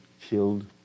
killed